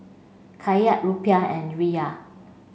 Kyat Rupiah and Riyal